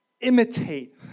imitate